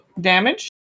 damage